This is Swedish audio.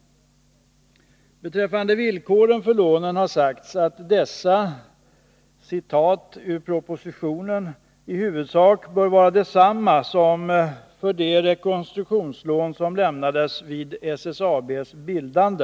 Beträffande villkoren för lånen har sagts att dessa bör ”i huvudsak vara desamma som för det rekonstruktionslån som lämnades vid SSAB:s bildande”.